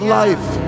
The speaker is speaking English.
life